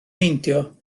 meindio